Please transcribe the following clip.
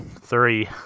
Three